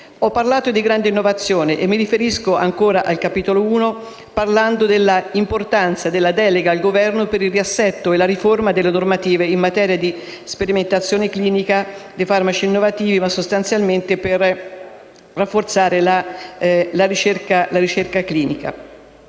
Ho parlato di grande innovazione e mi riferisco ancora al Capo I, parlando dell'importanza della delega al Governo per il riassetto e la riforma delle normative in materia di sperimentazione clinica di farmaci innovativi, sostanzialmente per rafforzare la ricerca clinica.